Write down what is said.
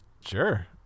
Sure